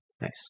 Nice